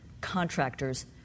contractors